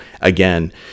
again